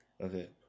okay